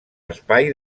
espai